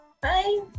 Bye